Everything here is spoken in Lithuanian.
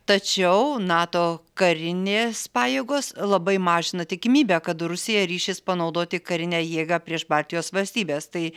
tačiau nato karinės pajėgos labai mažina tikimybę kad rusija ryšis panaudoti karinę jėgą prieš baltijos valstybes tai